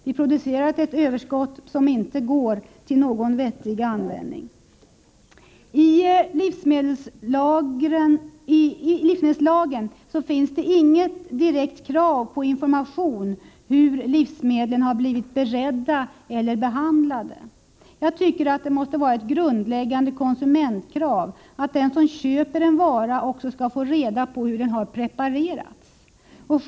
Vi producerar ett överskott som inte får någon vettig användning. I livsmedelslagen finns inget direkt krav på information om hur livsmedlen har blivit beredda eller behandlade. Jag tycker att det måste vara ett grundläggande konsumentkrav att den som köper en vara också skall få reda på hur den har preparerats.